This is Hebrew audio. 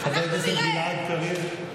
אנחנו נראה.